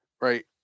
right